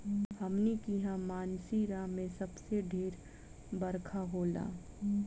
हमनी किहा मानसींराम मे सबसे ढेर बरखा होला